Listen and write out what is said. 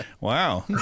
Wow